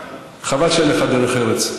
חבל שאין לך דרך ארץ.